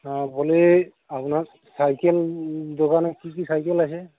হ্যাঁ বলি আপনার সাইকেল দোকানে কী কী সাইকেল আছে